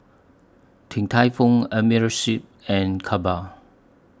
Din Tai Fung Amerisleep and Kappa